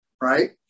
Right